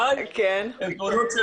ראיון שקיימתי